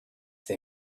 they